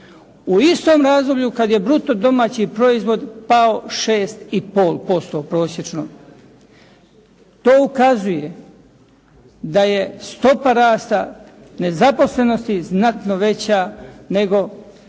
u istom razdoblju kad je bruto domaći proizvod pao 6,5% prosječno. To ukazuje da je stopa rasta nezaposlenosti znatno veća nego